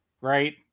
Right